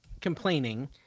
complaining